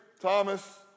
Thomas